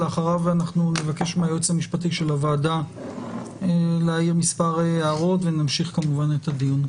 אחריו נבקש מהייעוץ המשפטי של הוועדה להעיר מספר הערות ונמשיך את הדיון.